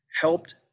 helped